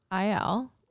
IL